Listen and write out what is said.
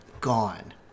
gone